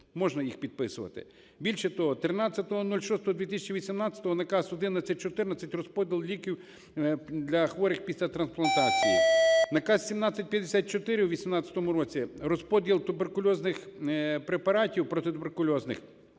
можна їх підписувати. Більше того, 13.06.2018 Наказ 1114 – розподіл ліків для хворих після трансплантації. Наказ 1754 у 18-у році – розподіл туберкульозних препаратів, протитуберкульозних,